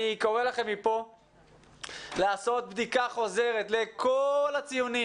אני קורא לכם לעשות בדיקה חוזרת לכל הציונים